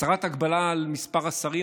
הסרת ההגבלה על מספר השרים,